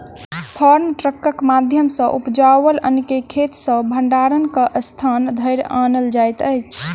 farm ट्रकक माध्यम सॅ उपजाओल अन्न के खेत सॅ भंडारणक स्थान धरि आनल जाइत अछि